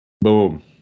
Boom